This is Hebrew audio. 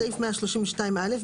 בסעיף 132(א),